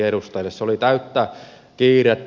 se oli täyttä kiirettä